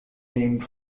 named